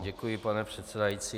Děkuji, pane předsedající.